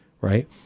right